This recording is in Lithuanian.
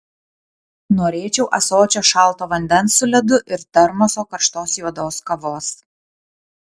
norėčiau ąsočio šalto vandens su ledu ir termoso karštos juodos kavos